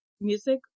Music